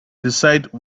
decide